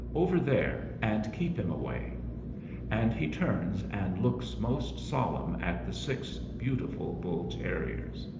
over there, and keep him away and he turns and looks most solemn at the six beautiful bull-terriers.